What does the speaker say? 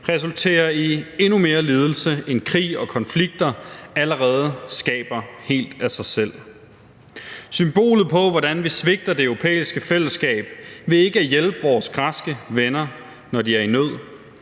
resulterer i endnu mere lidelse, end krig og konflikter allerede skaber helt af sig selv, og den er symbolet på, hvordan vi svigter Det Europæiske Fællesskab ved ikke at hjælpe vores græske venner, når de er i nød.